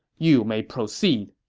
you may proceed.